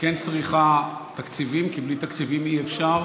כן צריכה תקציבים, כי בלי תקציבים אי-אפשר.